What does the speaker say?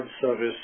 service